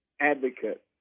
advocate